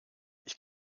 ich